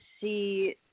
see